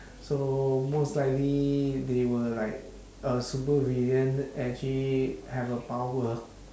so most likely they will like a supervillain actually have a power